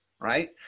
right